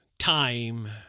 Time